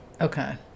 Okay